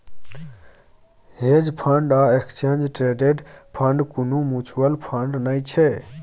hedge fund आ exchange traded fund कुनु mutual fund नै छै